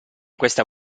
questa